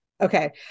Okay